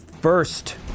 first